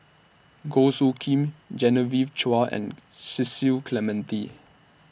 Goh Soo Khim Genevieve Chua and Cecil Clementi